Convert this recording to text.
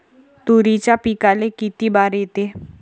तुरीच्या पिकाले किती बार येते?